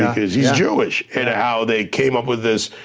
he's he's jewish, and how they came up with this.